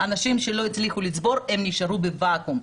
אנשים שלא הצליחו לצבור נשארו בוואקום.